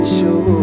show